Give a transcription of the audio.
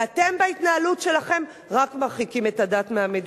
ואתם, בהתנהלות שלכם, רק מרחיקים את הדת מהמדינה.